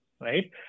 right